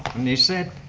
and they said,